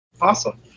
Awesome